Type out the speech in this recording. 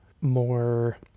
more